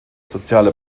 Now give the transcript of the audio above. soziale